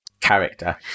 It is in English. character